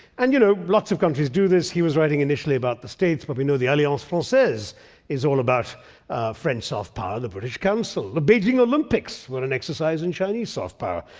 and, you know, lots of countries do this. he was writing initially about the states, but we know the alliance francaise is all about french soft power, the british council. the beijing olympics were an exercise in chinese soft power.